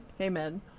Amen